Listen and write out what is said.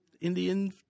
Indian